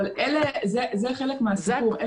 אבל זה חלק מהסיפור.